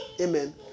amen